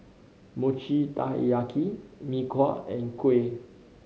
Mochi Taiyaki Mee Kuah and kuih